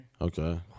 Okay